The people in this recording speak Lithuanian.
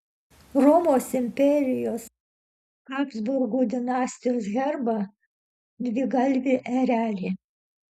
romos imperijos habsburgų dinastijos herbą dvigalvį erelį